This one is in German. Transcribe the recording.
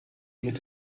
mit